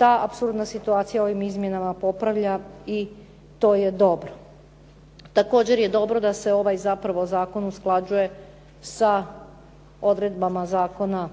ta apsurdna situacija ovim izmjenama popravlja i to je dobro. Također je dobro da se ovaj zapravo zakon usklađuje sa odredbama Zakona